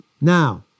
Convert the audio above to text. now